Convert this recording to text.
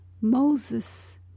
Moses